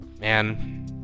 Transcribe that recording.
man